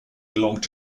belonged